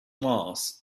mars